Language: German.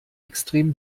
extrem